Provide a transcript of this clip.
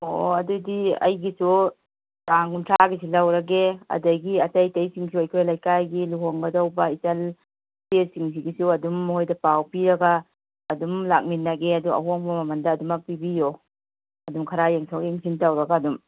ꯑꯣ ꯑꯗꯨꯗꯤ ꯑꯩꯒꯤꯁꯨ ꯇꯥꯡ ꯀꯨꯟꯊ꯭ꯔꯥꯒꯤꯁꯤ ꯂꯧꯔꯒꯦ ꯑꯗꯒꯤ ꯑꯇꯩ ꯑꯇꯩꯁꯤꯡꯁꯨ ꯑꯩꯈꯣꯏ ꯂꯩꯀꯥꯏꯒꯤ ꯂꯨꯍꯣꯡꯒꯗꯧꯕ ꯏꯆꯜ ꯏꯆꯦꯁꯤꯡꯁꯤꯒꯤꯁꯨ ꯑꯗꯨꯝ ꯃꯣꯏꯗ ꯄꯥꯎ ꯄꯤꯔꯒ ꯑꯗꯨꯝ ꯂꯥꯛꯃꯤꯟꯅꯒꯦ ꯑꯗꯨ ꯑꯍꯣꯡꯕ ꯃꯃꯟꯗ ꯑꯗꯨꯃꯛ ꯄꯤꯕꯤꯌꯣ ꯑꯗꯨꯝ ꯈꯔ ꯌꯦꯡꯊꯣꯛ ꯌꯦꯡꯁꯤꯟ ꯇꯧꯔꯒ ꯑꯗꯨꯝ